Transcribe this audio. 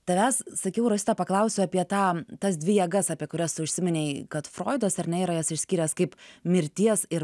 tavęs sakiau rosita paklausiu apie tą tas dvi jėgas apie kurias užsiminei kad froidas ar ne yra jas išskyręs kaip mirties ir